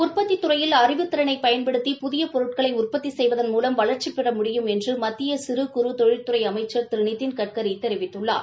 உற்பத்தித் துறையில் அறிவுத்திறனை பயன்படுத்தி புதிய பொருட்களை உற்பத்தி செய்வதன் மூலம் வளர்ச்சிபெற முடியும் என்று மத்திய சிறு குறு தொழில்துறை அமைச்சர் திரு நிதின்கட்கரி தெரிவித்துள்ளார்